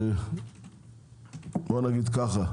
נגיד ככה: